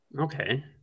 Okay